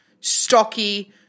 stocky